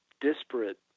disparate